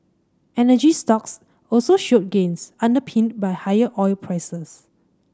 energy stocks also showed gains underpinned by higher oil prices